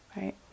right